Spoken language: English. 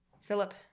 Philip